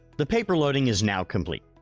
the paper loading is now complete.